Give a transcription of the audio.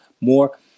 more